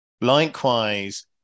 Likewise